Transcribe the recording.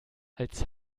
als